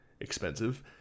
expensive